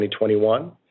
2021